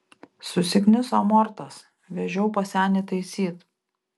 susikniso amortas vežiau pas senį taisyt